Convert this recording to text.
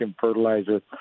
fertilizer